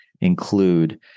include